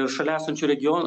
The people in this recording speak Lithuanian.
šalia esančių regionų